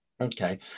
Okay